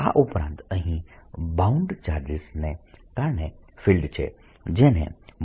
આ ઉપરાંત અહીં બાઉન્ડ ચાર્જીસને કારણે ફિલ્ડ છે જેને